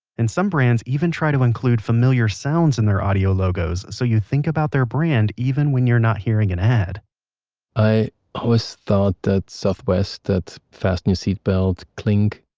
and some brands even try to include familiar sounds in there audio logos, so that you think about their brand even when you're not hearing an ad i always thought that southwest, that fasten your seatbelt, clink